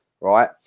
Right